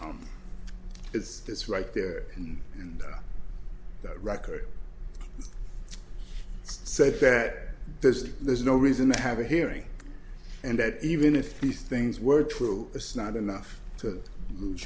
it's this right there and and the record said that there's there's no reason to have a hearing and that even if these things were true it's not enough to lose